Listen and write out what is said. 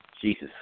Jesus